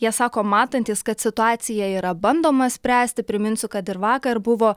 jie sako matantys kad situaciją yra bandoma spręsti priminsiu kad ir vakar buvo